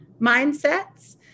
mindsets